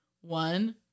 One